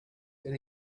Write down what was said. then